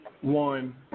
one